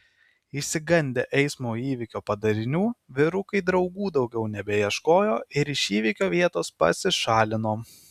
išsigandę eismo įvykio padarinių vyrukai draugų daugiau nebeieškojo ir iš įvykio vietos pasišalino